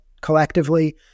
collectively